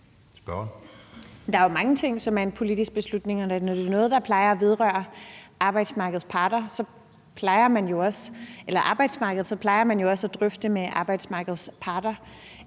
der er jo mange ting, som er en politisk beslutning, og når det er noget, der vedrører arbejdsmarkedet, plejer man jo også at drøfte det med arbejdsmarkedets parter.